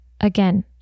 Again